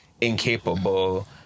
incapable